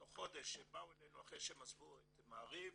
תוך חודש באו אלינו אחרי שהם עזבו את מעריב,